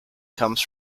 comes